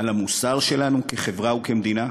על המוסר שלנו כחברה וכמדינה?